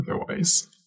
otherwise